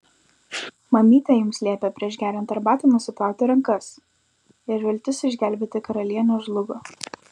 mamytė jums liepė prieš geriant arbatą nusiplauti rankas ir viltis išgelbėti karalienę žlugo